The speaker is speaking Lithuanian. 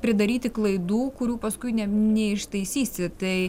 pridaryti klaidų kurių paskui neištaisysi tai